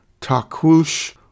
Takush